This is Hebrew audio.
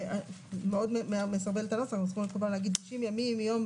מאוד מסרבל את הנוסח, להגיד: 90 ימים מיום